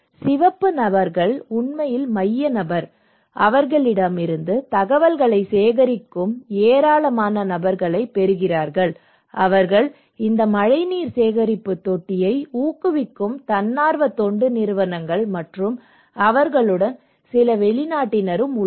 சிவப்பு நபர்கள் உண்மையில் மைய நபர் அவர்களிடமிருந்து தகவல்களை சேகரிக்கும் ஏராளமான நபர்களைப் பெறுகிறார்கள் அவர்கள் இந்த மழைநீர் சேகரிப்பு தொட்டியை ஊக்குவிக்கும் தன்னார்வ தொண்டு நிறுவனங்கள் மற்றும் அவர்களுடன் சில வெளிநாட்டினரும் உள்ளனர்